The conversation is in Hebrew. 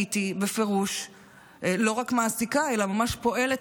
הייתי בפירוש לא רק מעסיקה אלא ממש פועלת